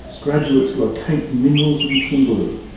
graduates locate minerals in the kimberley,